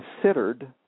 considered